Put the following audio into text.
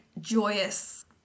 joyous